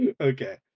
Okay